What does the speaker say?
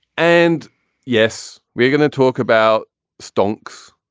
and yes, we are going to talk about stuntz.